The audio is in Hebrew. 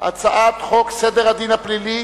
סדר הדין הפלילי